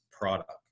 product